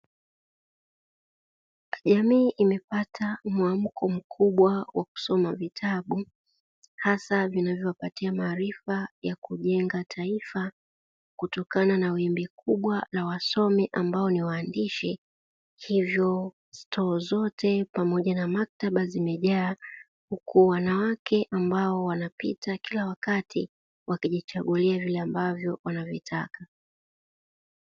Jamii imepata muamko mkubwa wa kusoma vitabu hasa vinavyo wapatia maarifa ya kujenga taifa, kutokana na wimbi kubwa la wasomi ambao ni waandishi, hivyo stoo zote pamoja na maktaba zimejaa huku wanawake ambao wanapiga kila wakati wakijichagulia vile ambavyo wanavitaka.